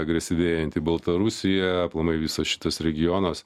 agresyvėjanti baltarusija aplamai visas šitas regionas